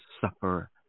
suffer